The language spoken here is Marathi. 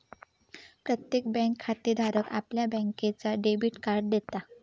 प्रत्येक बँक खातेधाराक आपल्या बँकेचा डेबिट कार्ड देता